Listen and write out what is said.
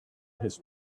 his